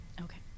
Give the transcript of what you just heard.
Okay